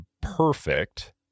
perfect